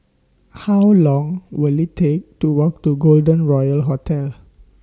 How Long Will IT Take to Walk to Golden Royal Hotel